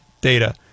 data